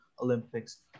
Olympics